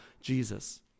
Jesus